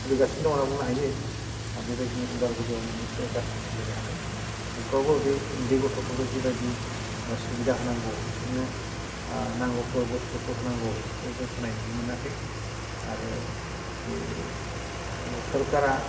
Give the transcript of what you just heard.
सोलिगासिनो दं होन्नानै बुंनो हायो आरो बेबायदिनो उदालगुरियाव मोन्नैसो एकाडेमि सोलिबाय थादों बेफ्रावबो बे उन्दै गथ'फोरखौ जिबायदि सुबिदा होनांगौ बिसोरनो नांगौफोर बुस्थुफोर होनांगौ बेफोरखौ जों होनाय नुनो मोनाखै आरो बे सरकारा